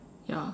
ya